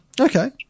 Okay